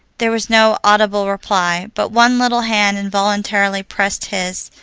there was no audible reply, but one little hand involuntarily pressed his,